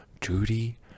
Judy